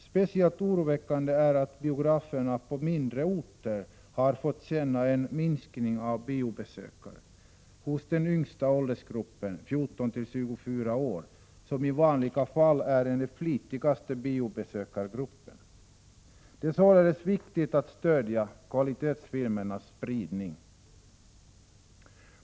Speciellt oroväckande är att biograferna på mindre orter har fått känna av en minskning av antalet biobesökare i den yngsta åldersgruppen, 14-24 år, som i vanliga fall är den flitigaste biobesökargruppen. Det är således viktigt att stödja kvalitetsfilmernas spridning.